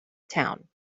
town